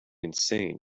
insane